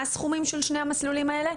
מה הסכומים של שני המסלולים האלו?